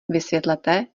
vysvětlete